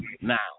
now